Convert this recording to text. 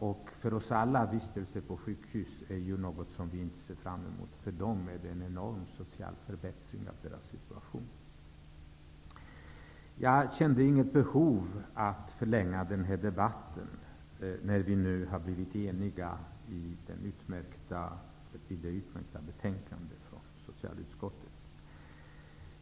En vistelse på sjukhus är ju för oss alla något som vi inte ser fram emot. För dem är det en enorm social förbättring av deras situation. Jag kände inget behov av att förlänga den här debatten, när vi nu har blivit eniga om det utmärkta betänkandet från socialutskottet.